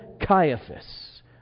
Caiaphas